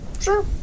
Sure